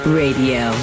radio